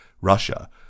Russia